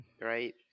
right